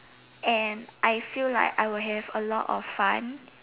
and I feel like I will have a lot of fun